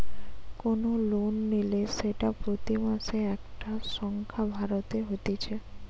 কোন লোন নিলে সেটা প্রতি মাসে একটা সংখ্যা ভরতে হতিছে